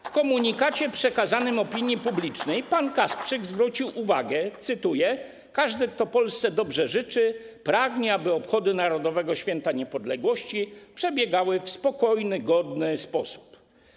W komunikacie przekazanym opinii publicznej pan Kasprzyk zwrócił uwagę, cytuję: każdy, kto Polsce dobrze życzy, pragnie, aby obchody Narodowego Święta Niepodległości przebiegały w spokojny, godny sposób.